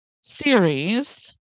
series